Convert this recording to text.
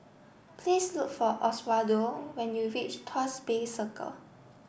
please look for Oswaldo when you reach Tuas Bay Circle